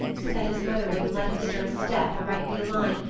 but that his mother wouldn't let him stir a step or write me a line,